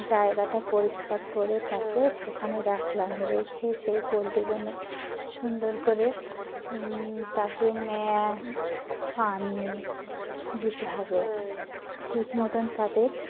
জায়গাটা পরিষ্কার করে তাকে সেখানে রাখলাম রেখে সেই পোলট্রিগুলো সুন্দর করে তাকে ম্যাস পানি দিতে হবে ঠিক মতন তাদের